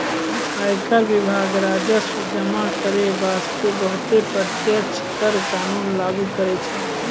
आयकर विभाग राजस्व जमा करै बासतें बहुते प्रत्यक्ष कर कानून लागु करै छै